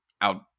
out